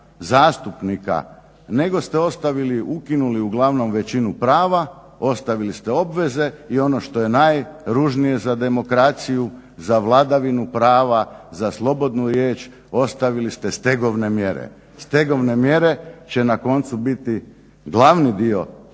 nego ste ostavili, ukinuli uglavnom većinu prava, ostavili ste obveze i ono što je najružnije za demokraciju, za vladavinu prava, za slobodnu riječ ostavili ste stegovne mjere. Stegovne mjere će na koncu biti glavni dio